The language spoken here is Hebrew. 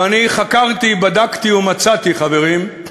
ואני חקרתי, בדקתי ומצאתי, חברים,